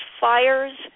fires